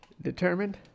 determined